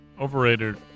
overrated